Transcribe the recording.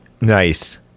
Nice